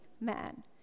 man